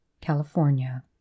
California